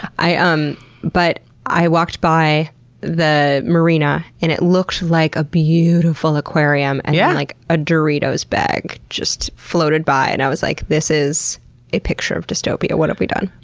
i um but i walked by the marina and it looked like a beautiful aquarium. and then yeah like a doritos bag just floated by and i was like, this is a picture of dystopia. what have we done?